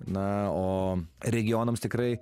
na o regionams tikrai